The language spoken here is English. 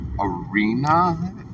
arena